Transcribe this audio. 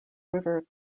river